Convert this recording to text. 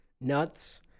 nuts